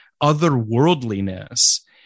otherworldliness